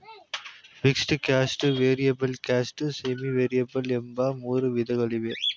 fixed cost, variable cost, semi variable ಎಂಬ ಮೂರು ವಿಧಗಳಿವೆ